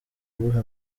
uwuhe